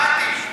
שמעתי.